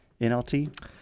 NLT